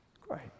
Great